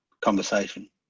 conversation